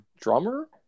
drummer